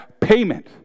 payment